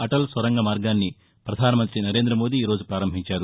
అటల్ సొరంగ మార్గాన్ని ప్రధానమంతి నరేంద్రమోదీ ఈ రోజు ప్రారంభించారు